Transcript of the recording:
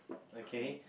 okay